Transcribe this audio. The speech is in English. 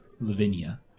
Lavinia